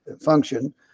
function